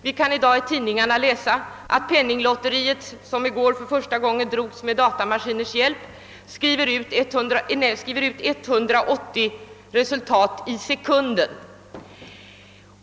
Vi kan i dag i tidningarna läsa att vinsterna i penninglotteriet i går för första gången drogs med hjälp av en datamaskin, som skriver ut 180 resultat i sekunden.